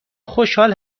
خوشحال